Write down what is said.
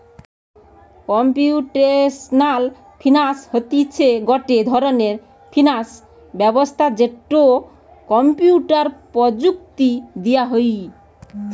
computational finance হতিছে গটে ধরণের ফিনান্স ব্যবস্থা যেটো কম্পিউটার প্রযুক্তি দিয়া হই